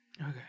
Okay